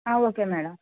okay madam